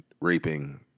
raping